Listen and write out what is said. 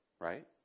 Right